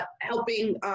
helping